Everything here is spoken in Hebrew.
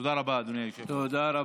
תודה רבה, אדוני היושב-ראש.